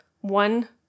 one